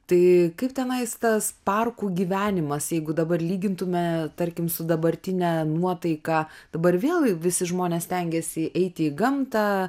tai kaip tenais tas parkų gyvenimas jeigu dabar lygintume tarkim su dabartine nuotaika dabar vėl visi žmonės stengiasi eiti į gamtą